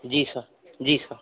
जी sir जी sir